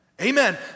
Amen